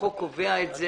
החוק קובע את זה